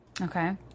Okay